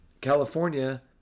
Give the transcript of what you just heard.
California